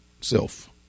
self